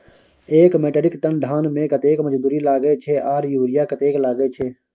एक metric ton धान में कतेक मजदूरी लागे छै आर यूरिया कतेक लागे छै?